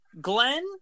Glenn